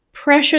Pressure